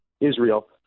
Israel